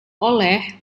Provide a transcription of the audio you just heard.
oleh